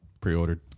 pre-ordered